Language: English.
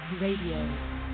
Radio